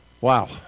Wow